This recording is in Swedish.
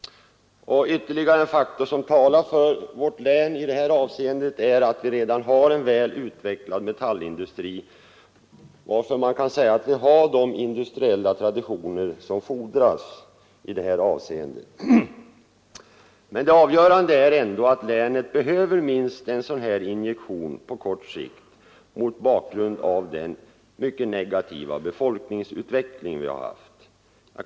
Ytterligare en faktor som talar för vårt län är att vi redan har en väl utvecklad metallindustri, varför man kan säga att vi har de industriella traditioner som fordras i det här avseendet. Men det avgörande är ändå att länet behöver minst en sådan här injektion på kort sikt mot bakgrund av den mycket negativa befolkningsutveckling vi har haft.